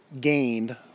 gained